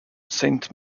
saint